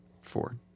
Four